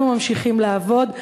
אנחנו ממשיכים לעבוד,